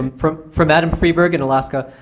um from from adam freeburg in alaska.